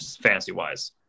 fantasy-wise